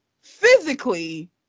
physically